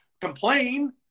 complain